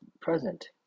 present